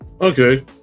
Okay